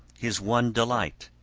his one delight,